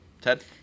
Ted